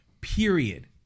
Period